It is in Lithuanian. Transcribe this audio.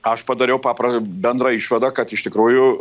aš padariau papra bendrą išvadą kad iš tikrųjų